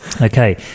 Okay